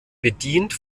bedient